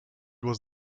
was